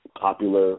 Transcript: popular